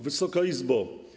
Wysoka Izbo!